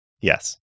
Yes